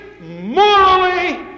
morally